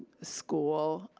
school,